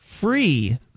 free